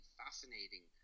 fascinating